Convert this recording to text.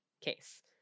case